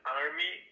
army